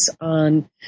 on